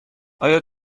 آیا